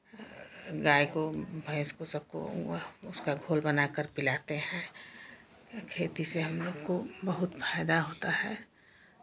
गाय को भैंस को सबको वह उसका घोल बनाकर पिलाते हैं खेती से हम लोग को बहुत फ़ायदा होता है